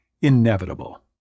inevitable